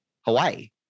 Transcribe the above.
Hawaii